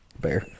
bear